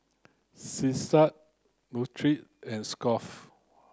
Selsun Nutren and Scott's